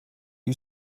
you